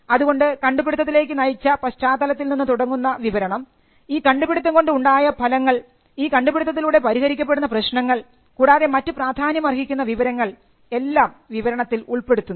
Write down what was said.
അതുകൊണ്ട് കണ്ടുപിടിത്തത്തിലേക്ക് നയിച്ച പശ്ചാത്തലത്തിൽ നിന്ന് തുടങ്ങുന്ന വിവരണം ഈ കണ്ടുപിടുത്തം കൊണ്ട് ഉണ്ടായ ഫലങ്ങൾ ഈ കണ്ടുപിടിത്തത്തിലൂടെ പരിഹരിക്കപ്പെടുന്ന പ്രശ്നങ്ങൾ കൂടാതെ മറ്റ് പ്രാധാന്യമർഹിക്കുന്ന വിവരങ്ങൾ എല്ലാം വിവരണത്തിൽ ഉൾപ്പെടുത്തുന്നു